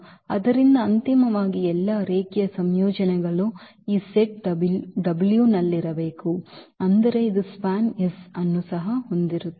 ಆದ್ದರಿಂದ ಅಂತಿಮವಾಗಿ ಎಲ್ಲಾ ರೇಖೀಯ ಸಂಯೋಜನೆಗಳು ಈ ಸೆಟ್ w ನಲ್ಲಿರಬೇಕು ಅಂದರೆ ಇದು SPAN ಅನ್ನು ಸಹ ಹೊಂದಿರುತ್ತದೆ